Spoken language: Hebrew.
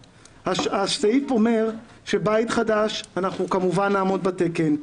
הסעיף אומר שבית חדש אנחנו כמובן נעמוד בתקן.